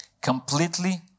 Completely